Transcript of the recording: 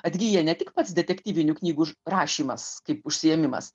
atgyja ne tik pats detektyvinių knygų rašymas kaip užsiėmimas